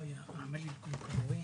להסביר בינתיים עד שזה עולה?